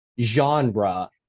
genre